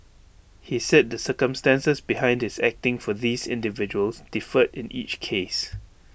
he said the circumstances behind this acting for these individuals differed in each case